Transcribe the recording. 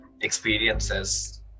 experiences